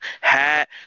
hat